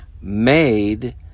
made